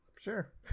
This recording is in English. sure